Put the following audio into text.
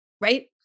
right